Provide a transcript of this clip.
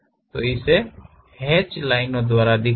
तो इसे हैचड लाइनों द्वारा दिखाएं